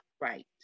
Right